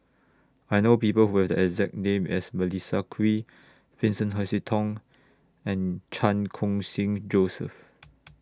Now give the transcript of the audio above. I know People Who Have The exact name as Melissa Kwee Vincent Hoisington and Chan Khun Sing Joseph